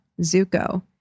Zuko